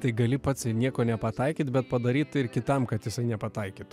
tai gali pats ir nieko nepataikyt bet padaryt ir kitam kad jisai nepataikytų